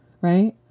Right